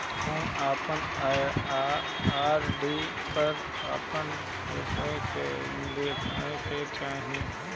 हम अपन आर.डी पर अपन परिपक्वता निर्देश जानेके चाहतानी